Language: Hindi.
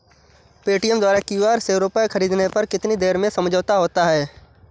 पेटीएम द्वारा क्यू.आर से रूपए ख़रीदने पर कितनी देर में समझौता होता है?